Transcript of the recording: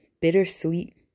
Bittersweet